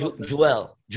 Joel